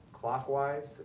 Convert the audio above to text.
clockwise